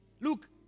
Look